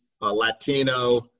Latino